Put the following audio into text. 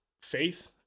faith